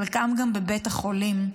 חלקם גם בבית החולים,